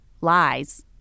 lies